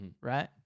right